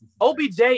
OBJ